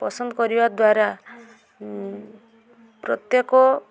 ପସନ୍ଦ କରିବା ଦ୍ୱାରା ପ୍ରତ୍ୟେକ